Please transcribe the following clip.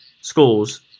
schools